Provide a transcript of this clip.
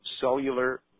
cellular